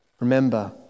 Remember